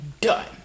done